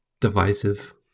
divisive